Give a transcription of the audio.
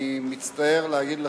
אני מצטער להגיד לך: